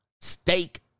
steak